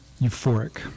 Euphoric